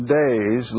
days